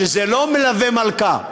שזה לא מלווה מלכה.